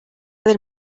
del